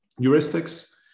heuristics